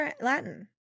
Latin